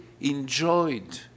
enjoyed